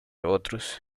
otros